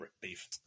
beef